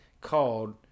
called